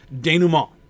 Denouement